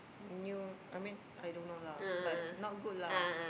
new I mean I don't know lah but not good lah